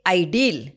ideal